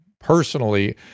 personally